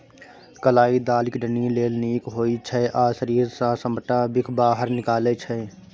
कलाइ दालि किडनी लेल नीक होइ छै आ शरीर सँ सबटा बिख बाहर निकालै छै